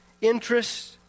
interests